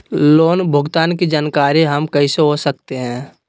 Loan भुगतान की जानकारी हम कैसे हो सकते हैं?